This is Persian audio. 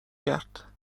کرد